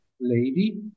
lady